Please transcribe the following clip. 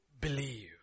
believe